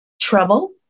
trouble